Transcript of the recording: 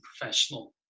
professional